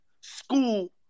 school